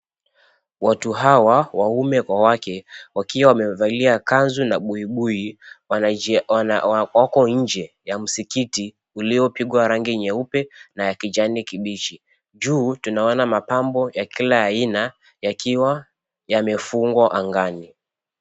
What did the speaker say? Watu hawa waume kwa wake, wakiwa wamevalia kanzu na buibui wako nje ya msikiti uliopigwa rangi nyeupe na ya kiijani kibichi. Juu tunaona mapambo ya kila aina yakiwa yamefungwa angani.